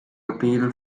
appeal